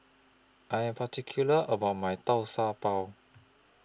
I Am particular about My Tau Pau